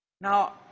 Now